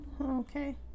Okay